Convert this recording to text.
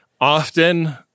often